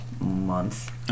month